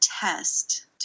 test